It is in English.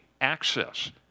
access